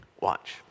Watch